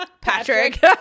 patrick